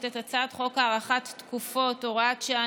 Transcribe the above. את הצעת חוק הארכת תקופות (הוראת שעה,